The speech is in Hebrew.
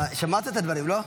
שמעת את הדברים, לא?